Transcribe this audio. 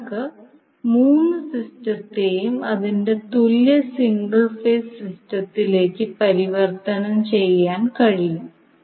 നിങ്ങൾക്ക് മൂന്ന് സിസ്റ്റത്തെയും അതിന്റെ തുല്യ സിംഗിൾ ഫേസ് സിസ്റ്റത്തിലേക്ക് പരിവർത്തനം ചെയ്യാൻ കഴിയും